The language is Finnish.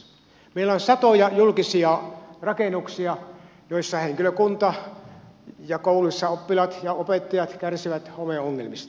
meillä on satoja julkisia rakennuksia joissa henkilökunta ja kouluissa oppilaat ja opettajat kärsivät homeongelmista